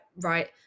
right